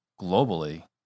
globally